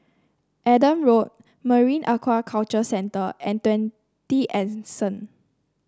Adam Road Marine Aquaculture Centre and Twenty Anson